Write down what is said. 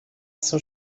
são